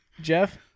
Jeff